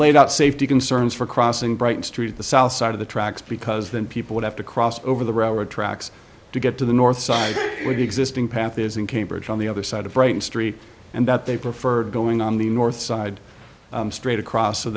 laid out safety concerns for crossing bright street the south side of the tracks because then people would have to cross over the railroad tracks to get to the north side where the existing path is in cambridge on the other side of brighton street and that they preferred going on the north side straight across so